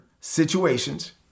situations